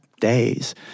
days